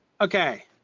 okay